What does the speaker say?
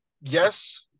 yes